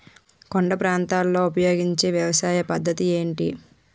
కొండ ప్రాంతాల్లో ఉపయోగించే వ్యవసాయ పద్ధతి ఏంటి?